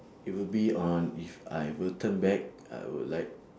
it would be on if I will turn back I will like